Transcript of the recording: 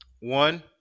One